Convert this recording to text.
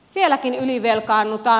sielläkin ylivelkaannutaan